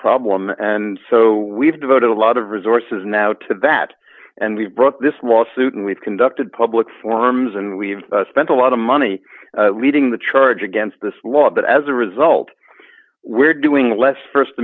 problem and so we've devoted a lot of resources now to that and we've brought this lawsuit and we've conducted public forums and we've spent a lot of money leading the charge against this law but as a result we're doing less